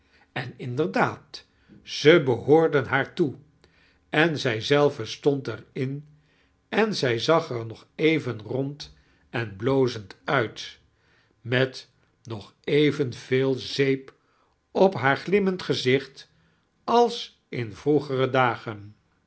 en inderdaad ze behoorden haar toe en zij zelve stond er in en zij zag e r nog even rond en blozend uit met nog evenveel zeep op haar glimmend gezicht als in vroegei dagen